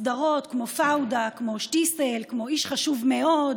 סדרות כמו פאודה, כמו שטיסל, כמו "איש חשוב מאוד",